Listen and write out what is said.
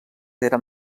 eren